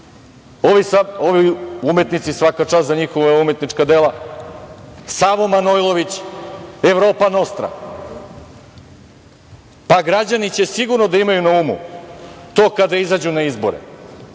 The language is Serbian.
ovi umetnici, svaka čast za njihova umetnička dela, Savo Manojlović, Evropa nostra. Građani će sigurno da imaju na umu to kada izađu na izbore.